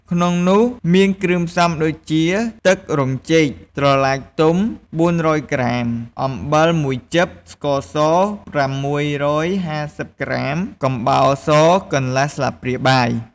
ក្នុងនោះមានគ្រឿងផ្សំដូចជា ទឹករំចេក ត្រឡាចទុំ ៤០០ក្រាម អំបិលមួយចឹប ស្ករស ៦៥០ក្រាម កំបោរសកន្លះស្លាព្រាបាយ។